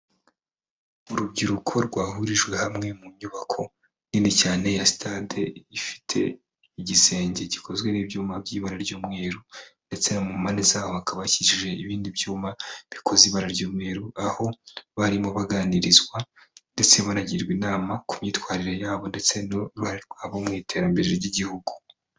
Urubyiruko rwahurijwe hamwe mu nyubako nini cyane ya sitade, ifite igisenge gikozwe n'ibyuma by'ibara ry'umweru ndetse mu mpande zaho hakaba hakikije ibindi byuma bikoze iba ry'umweru, aho barimo baganirizwa ndetse banagirwa inama ku myitwarire yabo ndetse n'uruhare rwabo mu iterambere ry'igihugu.